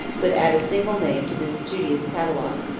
could add a single name to this studious catalogue.